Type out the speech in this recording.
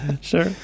Sure